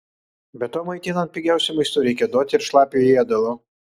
be to maitinant pigiausiu maistu reikia duoti ir šlapio ėdalo